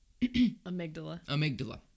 amygdala